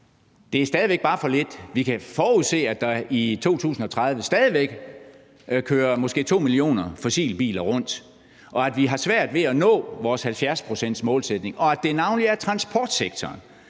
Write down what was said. Det er stadig væk bare for lidt. Vi kan forudse, at der i 2030 stadig væk kører måske 2 millioner fossilbiler rundt, og at vi har svært ved at nå vores 70-procentsmålsætning, og at det navnlig er transportsektoren,